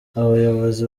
abayobozi